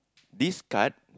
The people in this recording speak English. this card